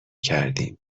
کردیم